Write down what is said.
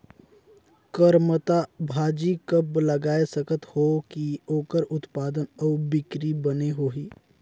करमत्ता भाजी कब लगाय सकत हो कि ओकर उत्पादन अउ बिक्री बने होही?